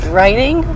Writing